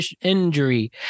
injury